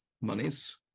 monies